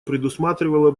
предусматривала